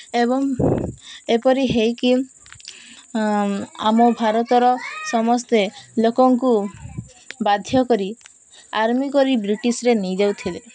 ଏବଂ ଏପରି ହୋଇକି ଆମ ଭାରତର ସମସ୍ତେ ଲୋକଙ୍କୁ ବାଧ୍ୟ କରି ଆର୍ମି କରି ବ୍ରିଟିଶ୍ରେ ନେଇଯାଉଥିଲେ